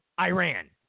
Iran